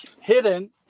hidden